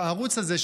הערוץ הזה,